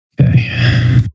Okay